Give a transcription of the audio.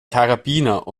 karabiner